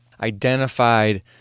identified